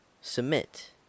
submit